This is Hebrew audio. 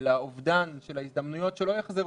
ולאובדן ההזדמנויות שלא יחזרו.